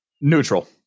Neutral